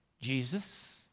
Jesus